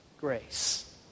grace